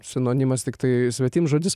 sinonimas tiktai svetimžodis